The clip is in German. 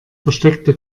versteckte